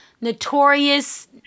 notorious